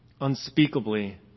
unspeakably